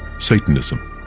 satanism.